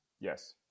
Yes